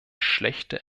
schlechte